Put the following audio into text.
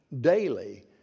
daily